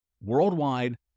worldwide